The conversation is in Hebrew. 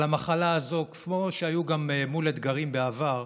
על המחלה הזו, כמו שהיינו מול אתגרים בעבר,